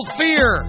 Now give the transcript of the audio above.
fear